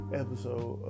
episode